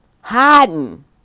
Hiding